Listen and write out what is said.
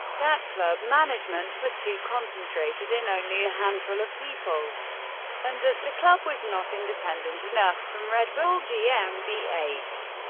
that club management was too concentrated in only a handful of people and that the club was not independent enough from red bull gmbh.